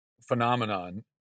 phenomenon